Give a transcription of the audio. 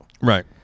Right